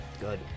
Good